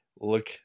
look